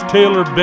Taylor